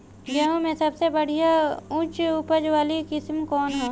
गेहूं में सबसे बढ़िया उच्च उपज वाली किस्म कौन ह?